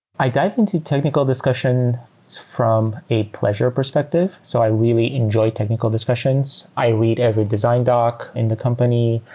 i dive into technical discussions from a pleasure perspective. so i really enjoy technical discussions. i read every design doc in the company.